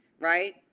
right